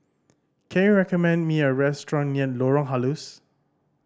can you recommend me a restaurant near Lorong Halus